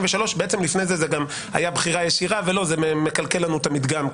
לפני זה גם הייתה בחירה ישירה וזה מקלקל לנו את המדגם,